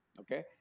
okay